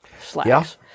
slacks